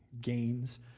gains